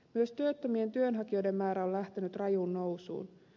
myös työttömien työnhakijoiden määrä on lähtenyt rajuun nousuun